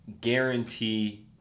guarantee